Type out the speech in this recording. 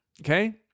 Okay